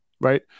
Right